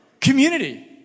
community